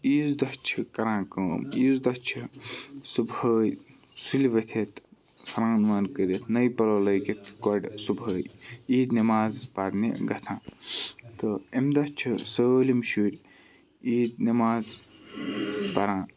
عیٖز دۄہ چھِ کَران کٲم عیٖز دۄہ چھِ صُبحٲے سُلہِ ؤتھِتھ سران وران کٔرِتھ نٔے پَلَو لٲگِتھ گۄڈٕ صُبحٲے عیٖد نماز پَرنہٕ گَژھان تہٕ امہِ دۄہ چھِ سٲلِم شُرۍ عیٖد نماز پَران